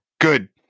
Good